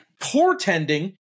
portending